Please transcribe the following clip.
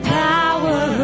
power